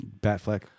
Batfleck